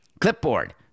Clipboard